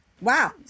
wow